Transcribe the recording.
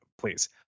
please